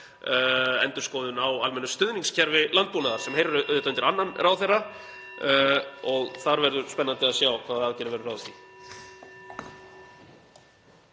endurskoðun á almennu stuðningskerfi landbúnaðar, (Forseti hringir.) sem heyrir auðvitað undir annan ráðherra og þar verður spennandi að sjá hvaða aðgerðir verður ráðist í.